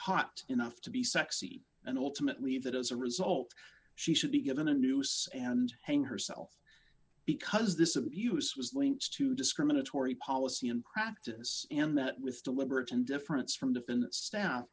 hot enough to be sexy and ultimately that as a result she should be given a noose and hang herself because this abuse was linked to discriminatory policy in practice and that with deliberate indifference from defense staff